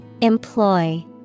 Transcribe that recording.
Employ